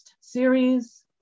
series